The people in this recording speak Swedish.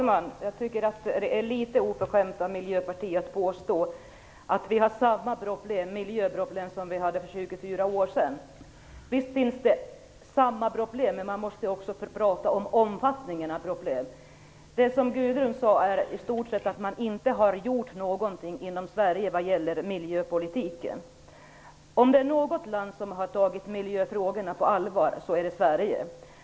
Fru talman! Det är nästan oförskämt av Miljöpartiet att påstå att vi har samma miljöproblem nu som vi hade för 25 år sedan. Visst finns samma problem, men man måste också få prata om omfattningen av problemen. Det som Gudrun Lindvall sade är att man nästan inte har gjort någonting inom Sverige vad gäller miljöpolitiken. Om det är något land som har tagit miljöfrågorna på allvar är det Sverige.